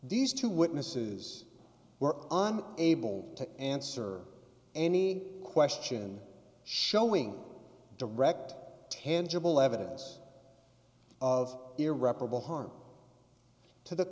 these two witnesses were able to answer any question showing direct tangible evidence of irreparable harm to the